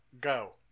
go